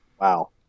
Wow